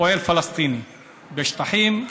פועל פלסטיני בשטחים.